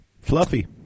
Fluffy